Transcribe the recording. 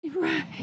Right